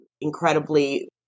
incredibly